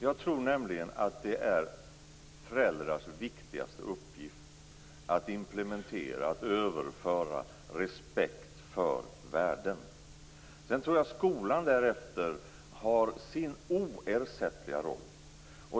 Jag tror nämligen att det är föräldrars viktigaste uppgift att implementera, att överföra, respekt för värden. Sedan tror jag att skolan därefter har sin oersättliga roll.